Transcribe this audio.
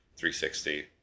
360